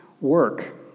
work